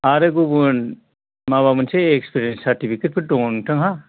आरो गुबुन माबा मोनसे एक्सपिरियेन्स सार्टिफिकेट फोर दङ नोंथांहा